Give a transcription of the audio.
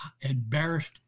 embarrassed